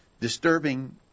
disturbing